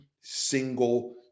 single